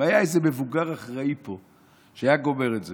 אם היה איזה מבוגר אחראי פה, הוא היה גומר את זה.